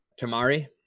tamari